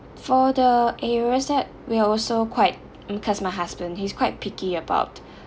for the areas that we are also quite mm cause my husband he's quite picky about